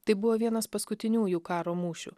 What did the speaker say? tai buvo vienas paskutiniųjų karo mūšių